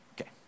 okay